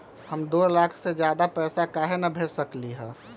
हम दो लाख से ज्यादा पैसा काहे न भेज सकली ह?